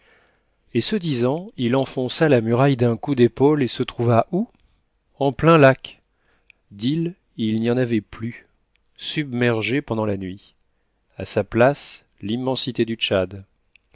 et ce disant il enfonça la muraille d'un coup d'épaule et se trouva où en plein lac d'île il n'y en avait plus submergée pendant la nuit a sa place l'immensité du tchad